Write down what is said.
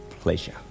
pleasure